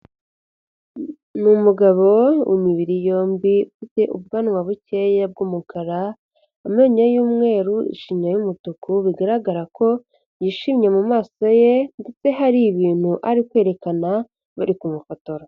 Ni umugabo w'imibiri yombi ufite ubwanwa bukeya bw'umukara, amenyo y'umweru, ishinya y'umutuku bigaragara ko yishimye mu maso ye ndetse hari ibintu ari kwerekana bari kumufotora.